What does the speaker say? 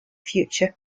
future